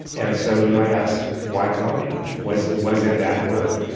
and so you might ask, why columbia? what is what is in that word?